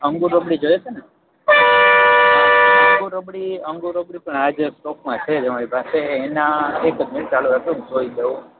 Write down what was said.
અંગૂર રબડી જોઈએ છે ને અંગૂર રબડી અંગૂર રબડી પણ હાજર સ્ટોકમાં છે અમારી પાસે એના એક જ મિનિટ ચાલુ રાખજો હું જોઈ દઉં